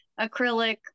acrylic